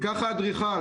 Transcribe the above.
כך האדריכל.